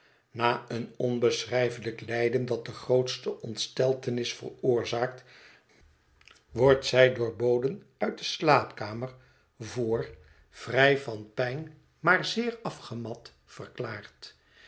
na een onbeschrijfelijk lijden dat de grootste ontsteltenis veroorzaakt wordt zij door boden uit de slaapkamer voor vrij van pijn maar zeer afgemat verklaard